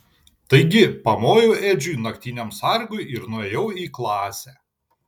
taigi pamojau edžiui naktiniam sargui ir nuėjau į klasę